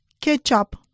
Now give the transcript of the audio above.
Ketchup